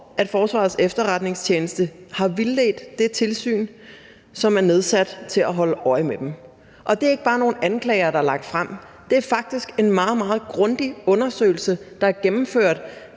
at Forsvarets Efterretningstjeneste har vildledt det tilsyn, som er nedsat til at holde øje med dem. Det er ikke bare nogle anklager, der er lagt frem. Det er faktisk en meget, meget grundig undersøgelse, der er gennemført